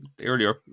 earlier